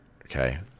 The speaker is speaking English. okay